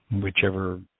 whichever